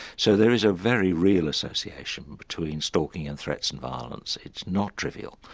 so there is a very real association between stalking, and threats, and violence it's not trivial.